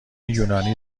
یونانی